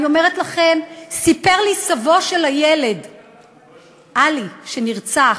אני אומרת לכם, סיפר לי סבו של הילד עלי, שנרצח,